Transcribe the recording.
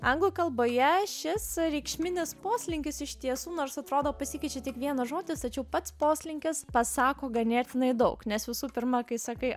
anglų kalboje šis reikšminis poslinkis iš tiesų nors atrodo pasikeičia tik vienas žodis tačiau pats poslinkis pasako ganėtinai daug nes visų pirma kai sakai